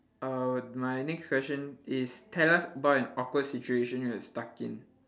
uh my next question is tell us about an awkward situation you were stuck in